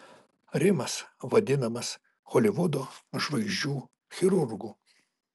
rimas vadinamas holivudo žvaigždžių chirurgu